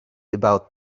about